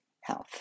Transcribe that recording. health